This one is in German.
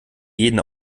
jeden